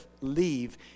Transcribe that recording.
leave